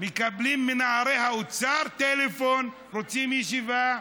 מקבלים מנערי האוצר טלפון: רוצים ישיבה.